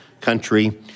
country